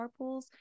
carpools